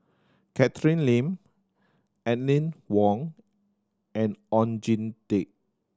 Catherine Lim Aline Wong and Oon Jin Teik